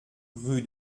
rue